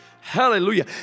Hallelujah